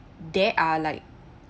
there are like